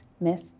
Miss